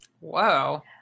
Wow